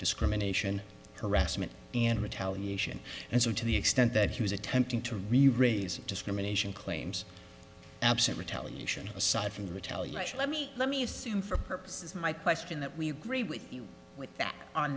discrimination harassment and retaliation and so to the extent that he was attempting to really raise discrimination claims absent retaliation aside from that tell us let me let me assume for purposes of my question that we agree with you with that on